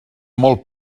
molt